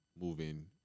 moving